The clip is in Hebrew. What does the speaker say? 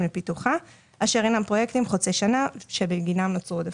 לפיתוחה אשר הינם פרויקטים חוצי שנה שבגינם נוצרו עודפים.